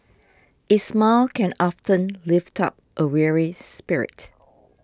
a smile can often lift up a weary spirit